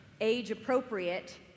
age-appropriate